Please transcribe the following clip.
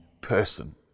person